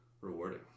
rewarding